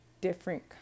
different